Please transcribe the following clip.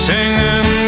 Singing